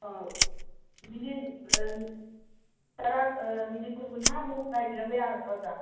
ꯑꯧ minute minute ꯀꯨꯟ ꯀꯨꯟꯊ꯭ꯔꯥꯃꯨꯛ ꯉꯥꯏꯕꯤꯔꯝꯕ ꯌꯥꯒꯗ꯭ꯔꯣ ꯑꯣꯖꯥ